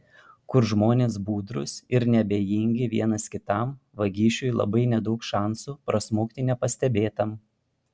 kur žmonės budrūs ir neabejingi vienas kitam vagišiui labai nedaug šansų prasmukti nepastebėtam